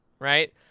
Right